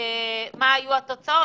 מה היו התוצאות,